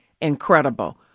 incredible